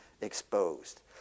exposed